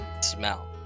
smell